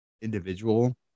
individual